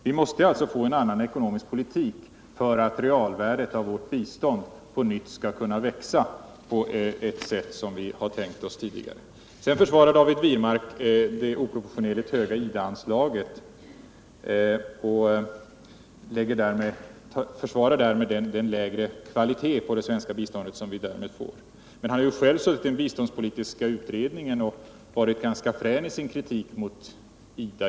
Vi måste alltså få en annan ekonomisk politik för att realvärdet av vårt bistånd på nytt skall kunna växa på det sätt som vi tidigare tänkte oss. Sedan försvarade David Wirmark det oproportionerligt höga IDA anslaget och försvarar därmed också den lägre kvalitet på det svenska biståndet som blir en följd härav. Men han har ju själv suttit i den biståndspolitiska utredningen och varit frän i sin kritik mot IDA.